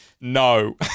No